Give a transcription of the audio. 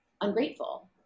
ungrateful